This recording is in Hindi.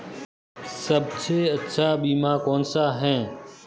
सबसे अच्छा बीमा कौनसा है?